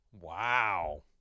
Wow